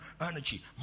energy